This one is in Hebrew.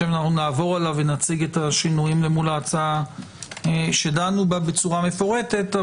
נעבור עליו ונציג את השינויים אל מול ההצעה שדנו בה בצורה מפורטת.